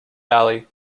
valley